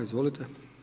Izvolite.